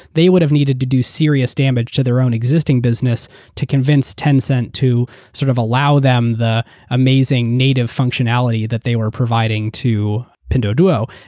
they would have needed to do serious damage to their own existing business to convince tencent to sort of allow them the amazing native of functionality that they were providing to pinduoduo.